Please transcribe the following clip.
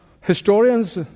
historians